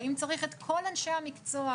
האם צריך את כל אנשי המקצוע,